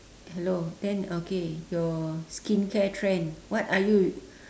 hello then okay your skincare trend what are you